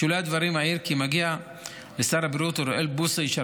בשולי הדברים אעיר כי לשר הבריאות אוריאל בוסו מגיע יישר